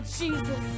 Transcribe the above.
Jesus